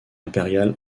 impériale